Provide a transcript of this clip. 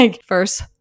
first